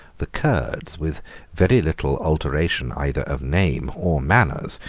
the curds, with very little alteration either of name or manners,